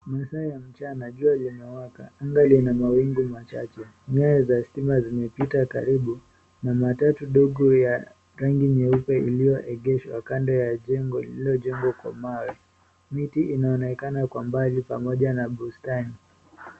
Masaa ya mchana, jua limewaka anga lina mawingu machache. Nyaya za stima zimepita karibu na matatu ndogo ya rangi nyeupe iliyoegeshwa kando ya jengo lililojengwa kwa mawe. Miti inaonekana kwa mbali pamoja na bustani.